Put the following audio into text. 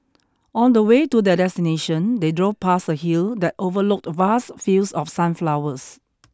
on the way to their destination they drove past a hill that overlooked vast fields of sunflowers